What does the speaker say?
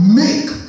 make